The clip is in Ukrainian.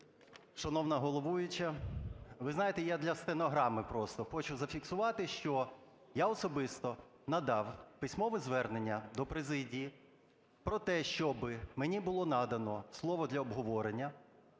шановна головуюча, ви знаєте, я для стенограми просто хочу зафіксувати, що я особисто надав письмове звернення до президії про те, щоби мені було надано слово для обговорення,